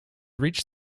reached